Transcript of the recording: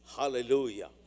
Hallelujah